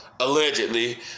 allegedly